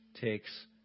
takes